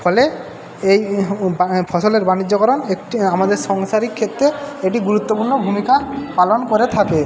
ফলে এই ফসলের বাণিজ্যকরণ একটি আমাদের সংসারিক ক্ষেত্রে এটি গুরুত্বপূর্ণ ভূমিকা পালন করে থাকে